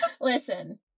listen